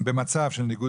בניגוד